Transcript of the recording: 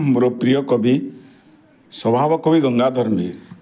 ମୋର ପ୍ରିୟ କବି ସ୍ଵଭାବ କବି ଗଙ୍ଗାଧର ମେହେର